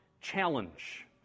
challenge